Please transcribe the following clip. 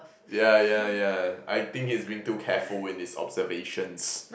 yeah yeah yeah I think he's being too careful with his observations